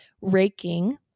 raking